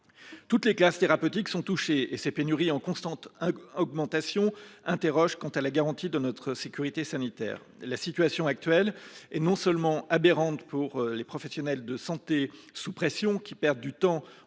Toutes les classes thérapeutiques sont touchées et ces pénuries en constante augmentation posent des questions quant à la garantie de notre sécurité sanitaire. La situation actuelle est non seulement aberrante pour les professionnels de santé sous pression, qui perdent du temps